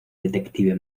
detective